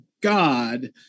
God